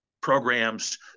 programs